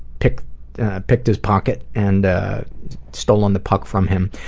picked picked his pocket and stolen the puck from him.